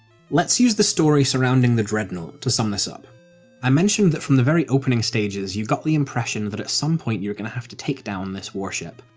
let's use the story surrounding the dreadnought to sum this up i mentioned that from the very opening stages, you got the impression that at some point you were going to have to take down this warship,